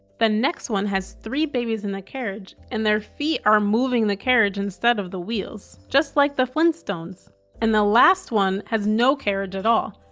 the next one has three babies in the carriage and their feet are moving the carriage instead of wheels, just like the flintstones and the last one has no carriage at all,